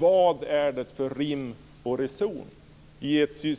Vad är det för rim och reson